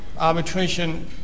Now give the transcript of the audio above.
arbitration